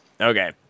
Okay